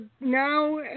now